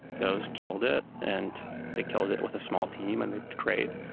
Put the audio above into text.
those killed it and they killed it with a small team and they'd create.